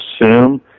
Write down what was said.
assume